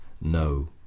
No